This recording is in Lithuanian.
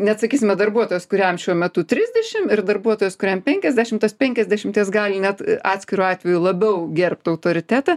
ne sakysime darbuotojas kuriam šiuo metu trisdešim ir darbuotojas kuriam penkiasdešim tas penkiasdešimties gali net atskiru atveju labiau gerbt autoritetą